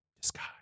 Disguise